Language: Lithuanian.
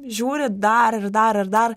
žiūri dar ir dar ir dar